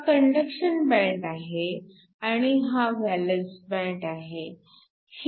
हा conduction band आहे आणि हा व्हॅलन्स बँड आहे